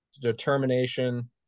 determination